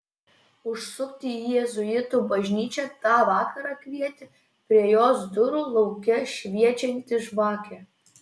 užsukti į jėzuitų bažnyčią tą vakarą kvietė prie jos durų lauke šviečianti žvakė